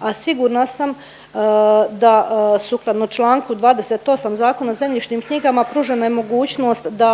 a sigurna sam da sukladno čl. 28 Zakona o zemljišnim knjigama pružena je mogućnost da